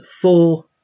four